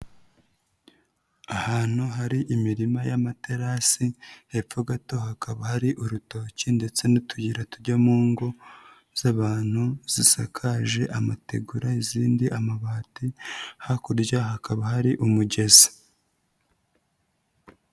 Ahantu hari imirima y'amaterasi, hepfo gato hakaba hari urutoki ndetse n'utuyira tujya mu ngo z'abantu zisakaje amategura izindi amabati, hakurya hakaba hari umugezi.